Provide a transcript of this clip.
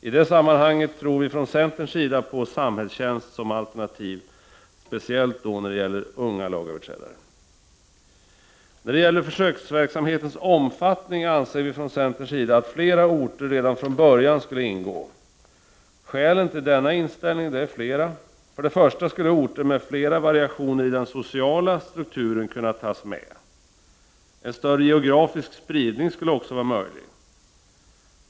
I det sammanhanget tror vi från centerns sida på samhällstjänst såsom alternativ — speciellt beträffande unga lagöverträdare. När det gäller försöksverksamhetens omfattning anser vi från centerns sida att fler orter redan från början skall ingå. Skälen till denna inställning är flera. För det första skulle orter med flera variationer i sin sociala struktur kunna tas med. En större geografisk spridning skulle också vara möjlig.